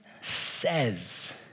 says